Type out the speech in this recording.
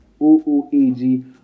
O-O-A-G